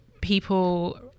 people